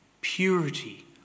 purity